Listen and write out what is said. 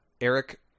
Eric